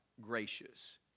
gracious